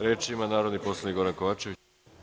Reč ima narodni poslanik Goran Kovačević.